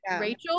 Rachel